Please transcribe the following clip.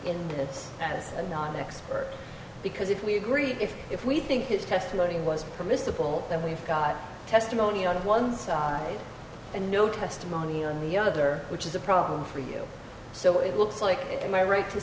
the non expert because if we agree if if we think his testimony was permissible then we've got testimony on one side and no testimony on the other which is a problem for you so it looks like in my right to